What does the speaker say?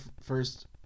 first